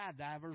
skydivers